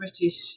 British